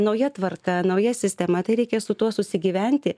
nauja tvarka nauja sistema tai reikia su tuo susigyventi